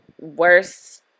Worse